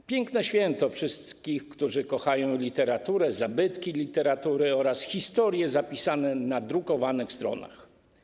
To piękne święto wszystkich, który kochają literaturę, zabytki literatury oraz historie zapisane na drukowanych stronach.